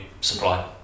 supply